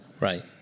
Right